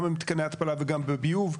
גם מתקני ההתפלה וגם בביוב,